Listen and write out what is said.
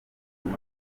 muri